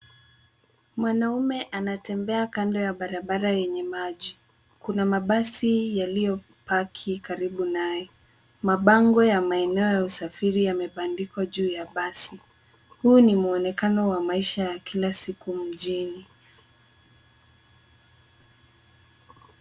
Mwanaume anatembea kando ya barabara yenye maji. Kuna mabasi yaliyopaki karibu nayo. Mabango ya maeneo ya usafiri yamebandikwa juu ya basi. Huu ni mwonekano wa maisha ya kila siku mjini.